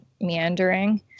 Meandering